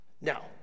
Now